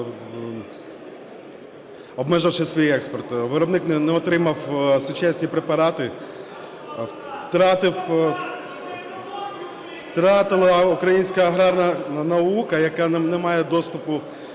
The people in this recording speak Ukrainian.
обмеживши свій експорт. Виробник не отримав сучасні препарати, втратила українська аграрна наука, яка не має доступу